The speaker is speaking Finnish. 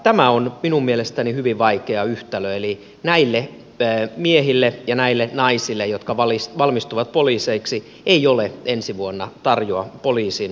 tämä on minun mielestäni hyvin vaikea yhtälö eli näille miehille ja näille naisille jotka valmistuvat poliiseiksi ei ole ensi vuonna tarjota poliisin tehtävää